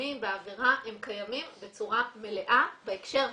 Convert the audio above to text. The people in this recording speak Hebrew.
שקיימים בעבירה, הם קיימים בצורה מלאה בהקשר הזה.